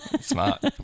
Smart